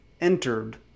entered